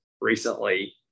recently